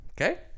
Okay